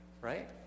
right